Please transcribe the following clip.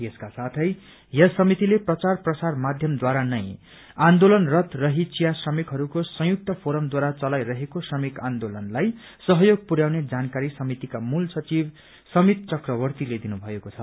यसका साथै यस समितिले प्रचार प्रसार माध्यमद्वारा नै आन्दोलनरत रही चिया श्रमिकहरूको संयुक्त फोरमद्वारा चलाईरहेको श्रमिक आन्दोलनलाई सहयोग पुरयाउने जानकारी समितिका मूल सचिव समित चक्रवर्तीले दिनु भएको छ